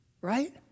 Right